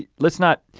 yeah let's not,